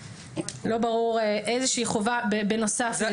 איזושהי חובה בנוסף לזה.